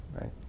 right